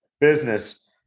business